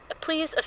Please